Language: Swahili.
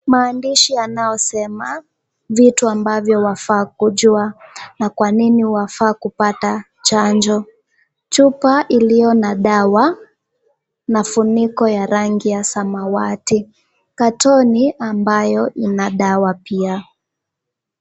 Maandishi yanayosema vitu ambavyo wafaa kujua na kwa nini wafaa kupata chanjo. Chupa iliyo na dawa na funiko ya rangi ya samawati. Katoni ambayo ina dawa pia.